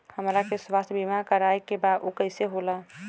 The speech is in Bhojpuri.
हमरा के स्वास्थ्य बीमा कराए के बा उ कईसे होला?